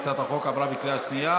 הצעת החוק עברה בקריאה השנייה.